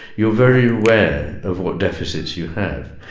you're very aware of what deficits you have.